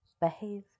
Behave